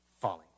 falling